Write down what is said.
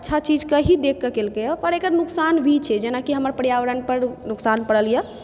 अच्छा चीज कऽ ही देख कऽ केलकै हँ लेकिन ओकर जे नुकसान भी छै जेनाकि हमर पर्यावरण पर नुकसान पड़ल यऽ